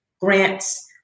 grants